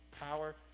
power